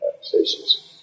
stations